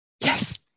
yes